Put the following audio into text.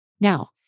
Now